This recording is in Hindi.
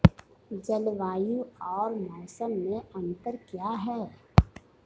जलवायु और मौसम में अंतर क्या है?